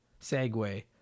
segue